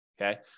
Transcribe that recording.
Okay